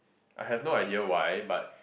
I have no idea why but